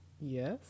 Yes